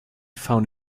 found